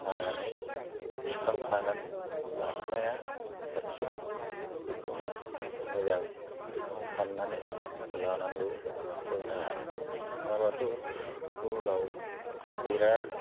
हानानै थिखांखानानै लाखानाया साबसिन बेखौनो मोजां खाननानै लानांगौ जोंहा नङाबाथ' उनाव बिराद